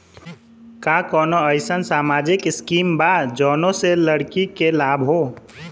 का कौनौ अईसन सामाजिक स्किम बा जौने से लड़की के लाभ हो?